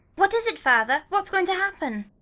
what is it, father? what's going to happen?